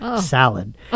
salad